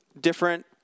different